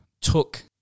took